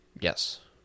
Yes